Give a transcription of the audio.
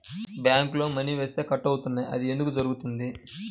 బ్యాంక్లో మని వేస్తే కట్ అవుతున్నాయి అది ఎందుకు జరుగుతోంది?